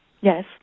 Yes